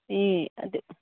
ꯑꯦ ꯑꯗꯨ